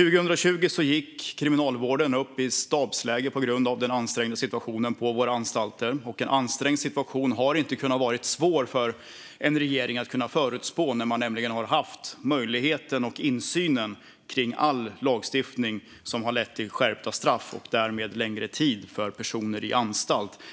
Under 2020 gick Kriminalvården upp i stabsläge på grund av den ansträngda situationen på våra anstalter. En ansträngd situation borde inte ha varit svår för en regering att förutspå, för regeringen har haft insyn och möjlighet att påverka den lagstiftning som har lett till skärpta straff och därmed längre tid på anstalt för dömda personer.